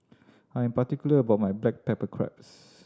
I am particular about my black pepper crab